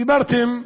דיברתם היום,